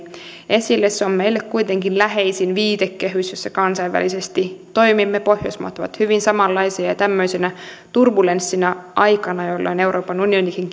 se on meille kuitenkin läheisin viitekehys jossa kansainvälisesti toimimme pohjoismaat ovat hyvin samanlaisia ja tämmöisenä turbulenttina aikana jolloin euroopan unionikin